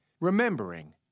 remembering